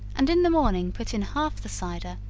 and in the morning put in half the cider,